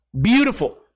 beautiful